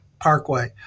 Parkway